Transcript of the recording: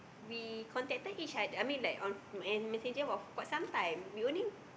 we contacted each other I mean like on messenger for quite some time we only